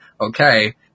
Okay